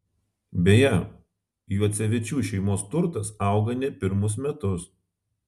beje juocevičių šeimos turtas auga ne pirmus metus